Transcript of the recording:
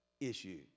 issue